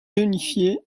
réunifié